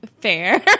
Fair